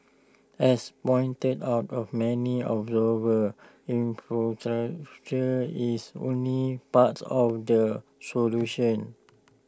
as pointed out of many observers is only parts of the solution